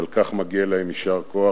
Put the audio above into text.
על כך מגיע להם יישר כוח.